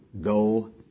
Go